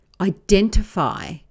identify